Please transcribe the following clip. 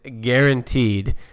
guaranteed